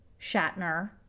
Shatner